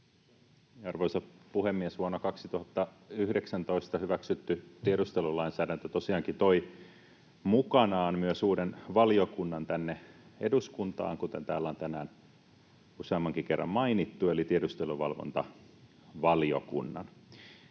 Arvoisa puhemies! Vuonna 2019 hyväksytty tiedustelulainsäädäntö tosiaankin toi mukanaan myös uuden valiokunnan tänne eduskuntaan, kuten täällä on tänään useammankin kerran mainittu, eli tiedusteluvalvontavaliokunnan.